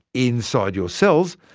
inside your cells,